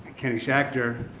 kenny schachter,